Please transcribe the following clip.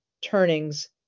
turnings